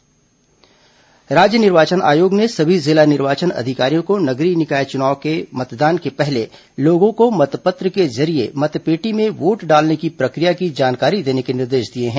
निर्वाचन आयोग मतपत्र राज्य निर्वाचन आयोग ने सभी जिला निर्वाचन अधिकारियों को नगरीय निकाय चुनाव के मतदान के पहले लोगों को मतपत्र के जरिए मतपेटी में वोट डालने की प्रक्रिया की जानकारी देने के निर्देश दिए हैं